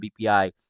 BPI